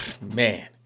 man